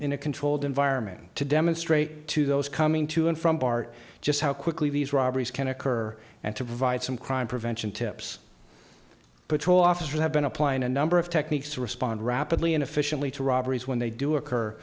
in a controlled environment to demonstrate to those coming to and from bart just how quickly these robberies can occur and to provide some crime prevention tips patrol officers have been applying a number of techniques to respond rapidly and efficiently to robberies when they do occur